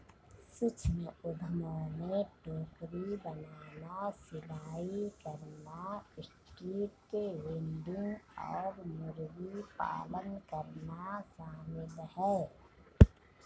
सूक्ष्म उद्यमों में टोकरी बनाना, सिलाई करना, स्ट्रीट वेंडिंग और मुर्गी पालन करना शामिल है